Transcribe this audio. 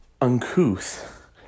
uncouth